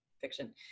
fiction